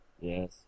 Yes